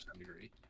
agree